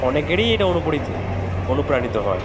অনেকেরই এটা অনুপ্রিত অনুপ্রাণিত হয়